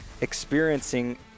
experiencing